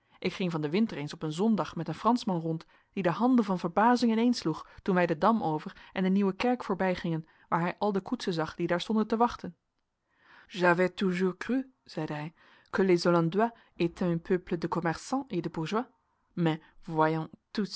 ik ging van den winter eens op een zondag met een franschman rond die de handen van verbazing ineensloeg toen wij den dam over en de nieuwe kerk voorbijgingen waar hij al de koetsen zag die daar stonden te wachten